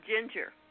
ginger